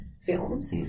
films